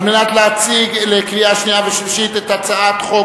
להציג לקריאה שנייה ושלישית את הצעת חוק